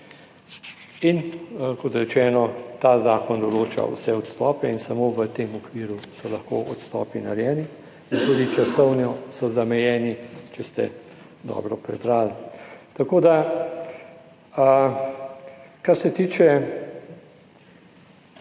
In kot rečeno, ta zakon določa vse odstope in samo v tem okviru so lahko odstopi narejeni in tudi časovno so zamejeni, če ste dobro prebrali. Tako, da kar se tiče